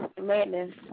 madness